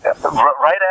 Right